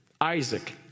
Isaac